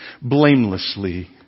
blamelessly